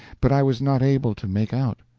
but i was not able to make out.